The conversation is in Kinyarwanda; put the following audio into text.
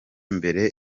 mbere